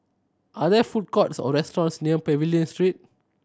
are there food courts or restaurants near Pavilion Street